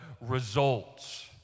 results